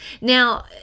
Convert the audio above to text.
Now